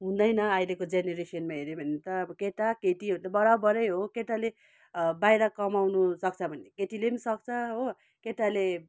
हुँदैन अहिलेको जेनेरेसनमा हेऱ्यौँ भने त अब केटा केटीहरू त बराबरै हो केटाले बाहिर कमाउनु सक्छ भने केटीले सक्छ हो केटाले